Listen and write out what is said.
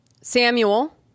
Samuel